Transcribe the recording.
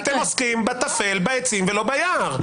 -- אתם עוסקים בטפל, בעצים ולא ביער.